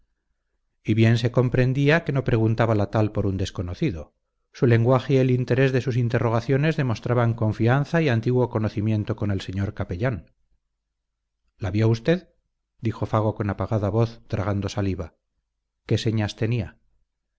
y bien se comprendía que no preguntaba la tal por un desconocido su lenguaje y el interés de sus interrogaciones demostraban confianza y antiguo conocimiento con el señor capellán la vio usted dijo fago con apagada voz tragando saliva qué señas tenía